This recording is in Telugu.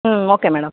okay madam